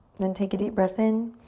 then take a deep breath in.